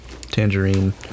tangerine